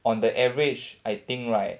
on the average I think right